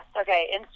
Okay